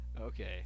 Okay